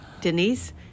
Denise